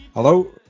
Hello